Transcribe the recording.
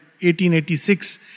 1886